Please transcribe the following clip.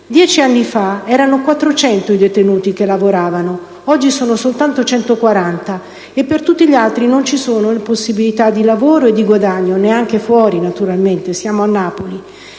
Dieci anni fa erano 400 i detenuti che lavoravano, oggi sono solo 140 e per tutti gli altri non ci sono possibilità di lavoro e di guadagno (naturalmente neanche fuori, siamo a Napoli),